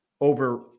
over